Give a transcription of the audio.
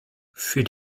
für